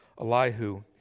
Elihu